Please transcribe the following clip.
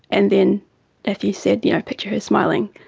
and then if you said you know picture her smiling,